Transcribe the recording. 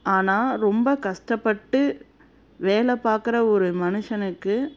ஆனால் ரொம்ப கஷ்டப்பட்டு வேலை பார்க்குற ஒரு மனுஷனுக்கு